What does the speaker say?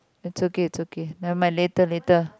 it's okay it's okay never mind later later